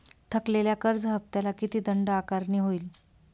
थकलेल्या कर्ज हफ्त्याला किती दंड आकारणी होईल?